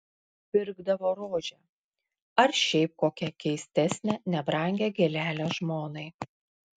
pirkdavo rožę ar šiaip kokią keistesnę nebrangią gėlelę žmonai